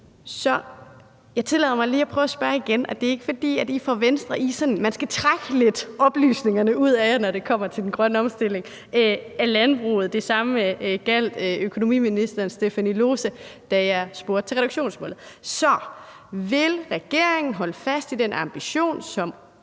Så jeg tillader mig lige at spørge igen, og det er, fordi det er sådan med jer fra Venstre, at man skal trække oplysningerne ud af jer, når det kommer til den grønne omstilling af landbruget, og det samme gjaldt økonomiministeren, da jeg spurgte til reduktionsmålet. Så jeg spørger igen: Vil regeringen holde fast i den ambition, som